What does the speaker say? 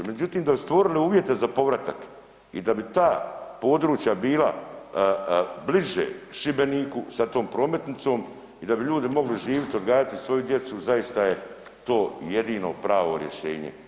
Međutim, da bi stvorili uvjete za povratak i da bi ta područja bila bliže Šibeniku sa tom prometnicom i da bi ljudi mogli živit i odgajati svoju djecu zaista je to jedino pravo rješenje.